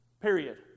period